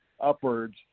upwards